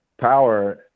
power